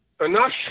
enough